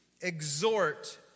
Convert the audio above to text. exhort